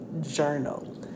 journal